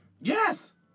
Yes